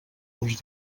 els